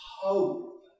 hope